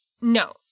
no